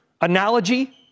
analogy